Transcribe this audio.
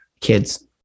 kids